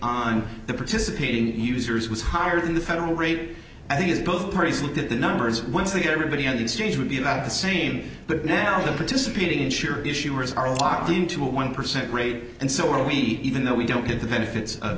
on the participating users was higher than the federal rate and that is both parties would get the numbers once they get everybody on the stage would be about the same but now the participating insurer issuers are locked into a one percent rate and so are we even though we don't get the benefits of